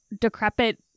decrepit